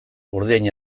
urdiain